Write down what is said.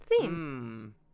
theme